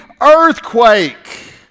earthquake